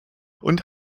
und